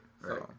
right